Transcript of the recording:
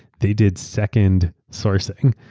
they did second sourcing.